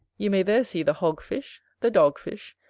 you may there see the hog-fish, the dog-fish,